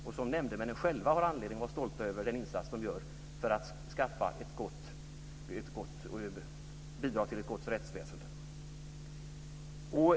Och nämndemännen själva har anledning att vara stolta över den insats de gör för att bidra till ett gott rättsväsende.